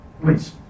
Please